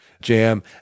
jam